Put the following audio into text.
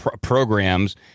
programs